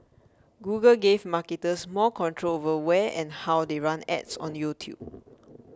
Google gave marketers more control over where and how they run ads on YouTube